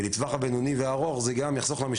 בטווח הבינוני והארוך זה גם יחסוך למדינה